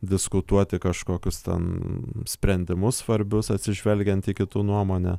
diskutuoti kažkokius ten sprendimus svarbius atsižvelgiant į kitų nuomonę